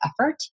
effort